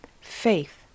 Faith